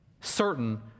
certain